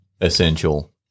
essential